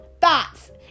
thoughts